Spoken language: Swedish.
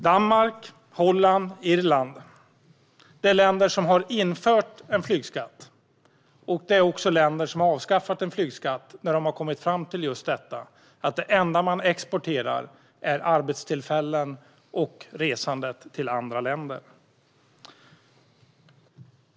Danmark, Holland och Irland införde flygskatt men avskaffade den när de kom fram till just att det enda man exporterar är arbetstillfällen och resandet till andra länder.